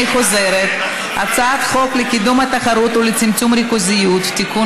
אני חוזרת: הצעת חוק לקידום התחרות ולצמצום הריכוזיות (תיקון,